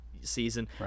season